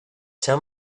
tell